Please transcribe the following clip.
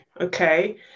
okay